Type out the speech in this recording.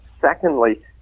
secondly